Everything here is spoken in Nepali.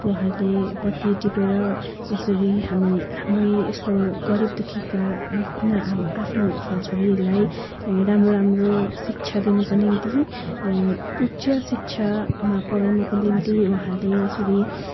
उहाँहरूले पत्ती टिपेर यसरी हामी हाम्रो यस्तो गरिबदुःखीका मसिना अब आफ्नो छोराछोरीहरूलाई राम्रो राम्रो शिक्षा दिनको निम्ति उच्च शिक्षामा पढाउनको निम्ति उहाँहरूले यसरी